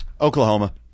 Oklahoma